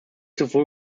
sowohl